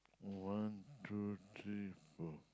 one two three four